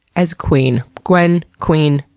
as queen. gwen. queen.